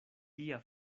tia